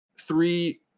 Three